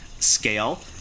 Scale